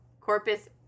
Corpus